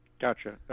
Gotcha